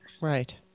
Right